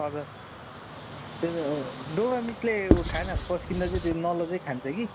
हजुर त्यही त हजुर डोमा मिसले खानाहरू पस्किँदा चाहिँ नलजाई खान्छ कि